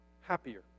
happier